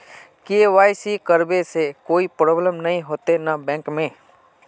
KYC करबे से कोई प्रॉब्लम नय होते न बैंक में?